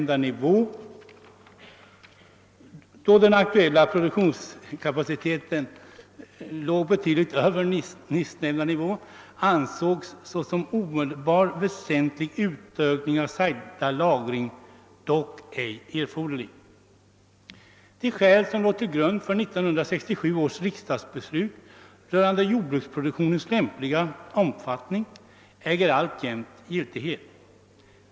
Då den aktuella produktionskapaciteten låg betydligt över nyssnämnda nivå, ansågs någon omedelbar, väsentlig utökning av sagda lagring dock ej erforderlig. De skäl som låg till grund för 1967 års riksdagsbeslut rörande jordbruksproduktionens lämpliga omfattning äger alltjämt giltighet.